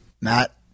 Matt